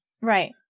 Right